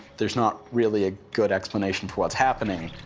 there's not really a good explanation for what's happening,